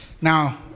Now